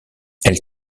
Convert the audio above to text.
elle